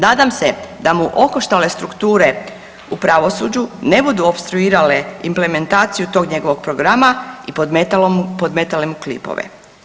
Nadam se da mu okoštale strukture u pravosuđu ne budu opstruirale implementaciju tog njegovog programa i podmetale mu klipove.